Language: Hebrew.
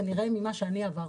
כנראה ממה שאני עברתי.